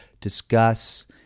discuss